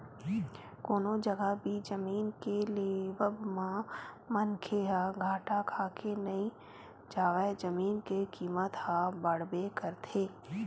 कोनो जघा भी जमीन के लेवब म मनखे ह घाटा खाके नइ जावय जमीन के कीमत ह बड़बे करथे